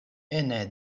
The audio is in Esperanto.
ene